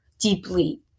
deeply